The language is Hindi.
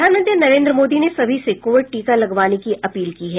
प्रधानमंत्री नरेन्द्र मोदी ने सभी से कोविड टीका लगवाने की अपील की है